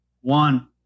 One